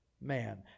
man